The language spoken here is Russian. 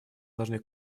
должны